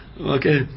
Okay